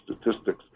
statistics